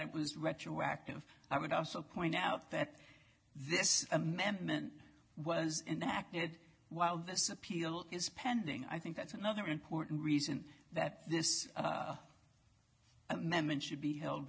it was retroactive i would also point out that this amendment was enacted while this appeal is pending i think that's another important reason that this amendment should be held